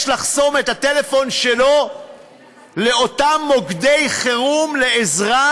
לחסום את הגישה שלו לאותם מוקדי חירום לעזרה,